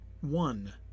one